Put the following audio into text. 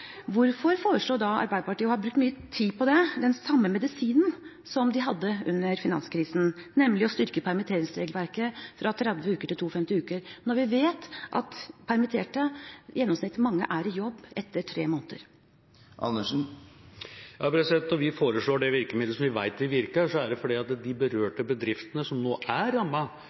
Hvorfor foreslo da Arbeiderpartiet – og har brukt mye tid på det – den samme medisinen som de hadde under finanskrisen, nemlig å styrke permitteringsregelverket fra 30 uker til 52 uker, når vi vet at blant permitterte er mange gjennomsnittlig i jobb etter tre måneder? Når vi foreslår det virkemiddelet som vi vet vil virke, er det fordi det er nettopp de